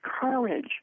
courage